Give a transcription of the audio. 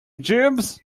jeeves